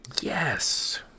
yes